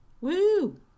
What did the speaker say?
Woo